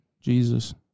Jesus